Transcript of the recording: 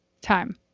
time